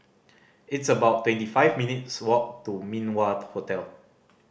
it's about twenty five minutes' walk to Min Wah Hotel